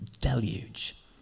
deluge